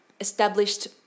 established